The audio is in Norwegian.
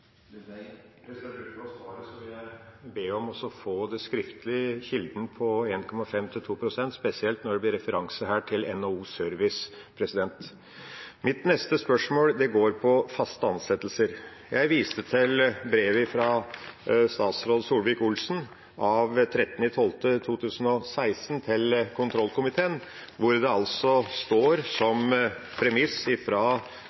vil jeg be om å få kilden til 1,5–2 pst. skriftlig, spesielt når det blir gjort referanse til NHO Service. Mitt neste spørsmål handler om faste ansettelser. Jeg viste til brevet fra statsråd Solvik-Olsen av 13. desember 2016 til kontrollkomiteen, hvor det altså står som